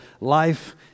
Life